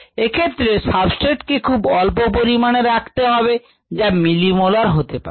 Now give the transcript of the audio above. এক্ষেত্রে সাবস্ট্রেট কে খুব অল্প পরিমাণে রাখতে হবে যা মিলিমোলার হতে পারে